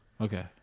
Okay